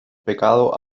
pecado